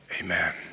amen